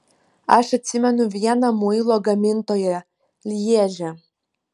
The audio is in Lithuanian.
aš atsimenu vieną muilo gamintoją lježe